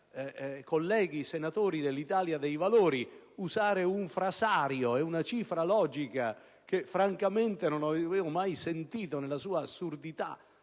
colleghi senatori dell'Italia dei Valori usare un frasario e una cifra logica che francamente non avevo mai sentito usare nella sua assurdità